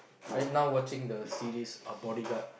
I now watching the series uh Bodyguard